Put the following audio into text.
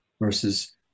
versus